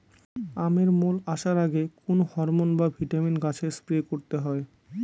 আমের মোল আসার আগে কোন হরমন বা ভিটামিন গাছে স্প্রে করতে হয়?